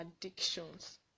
addictions